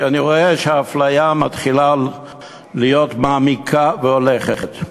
כי אני רואה שהאפליה מעמיקה והולכת.